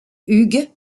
hugues